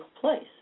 place